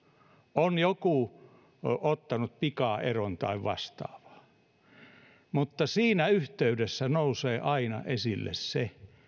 on joku ottanut pikaeron tai vastaavaa siinä yhteydessä nousee aina esille se